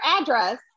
address